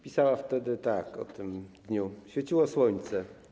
Pisała wtedy tak o tym dniu: Świeciło słońce.